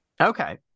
Okay